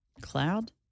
Cloud